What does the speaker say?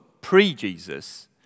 pre-Jesus